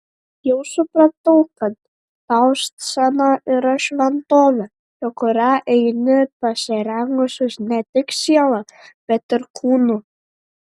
jau supratau kad tau scena yra šventovė į kurią eini pasirengusi ne tik siela bet ir kūnu